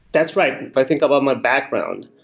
that's right. i think about my background.